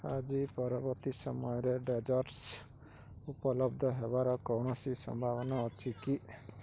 ଆଜି ପରବର୍ତ୍ତୀ ସମୟରେ ଡେଜର୍ଟ୍ସ୍ ଉପଲବ୍ଧ ହେବାର କୌଣସି ସମ୍ଭାବନା ଅଛି କି